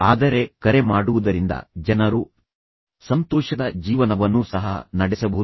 ಆದರೆ ಕರೆ ಮಾಡುವುದರಿಂದ ಜನರು ಸಂತೋಷದ ಜೀವನವನ್ನು ಸಹ ನಡೆಸಬಹುದು